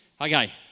Okay